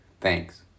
Thanks